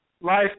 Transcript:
life